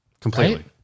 Completely